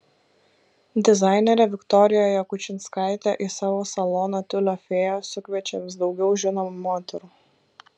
dizainerė viktorija jakučinskaitė į savo saloną tiulio fėja sukviečia vis daugiau žinomų moterų